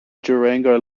durango